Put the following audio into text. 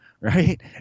right